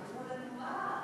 אמרו לנו: מה?